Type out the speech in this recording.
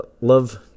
Love